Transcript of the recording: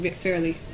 fairly